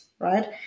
right